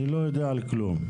אני לא יודע על כלום.